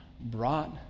brought